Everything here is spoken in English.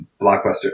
blockbuster-